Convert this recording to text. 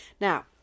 Now